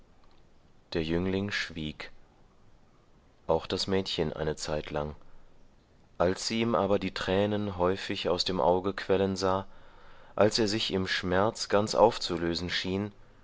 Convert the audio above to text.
der jüngling schwieg auch das mädchen eine zeitlang als sie ihm aber die tränen häufig aus dem auge quellen sah als er sich im schmerz ganz aufzulösen schien